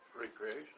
Recreation